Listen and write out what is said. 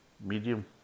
medium